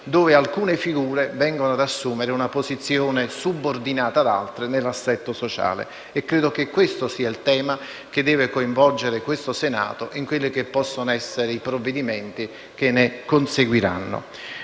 cui alcune figure si trovano ad assumere una posizione subordinata ad altre nell'assetto sociale. Credo che questo sia il tema che deve coinvolgere il Senato nei possibili provvedimenti che ne conseguiranno.